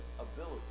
ability